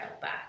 back